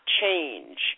change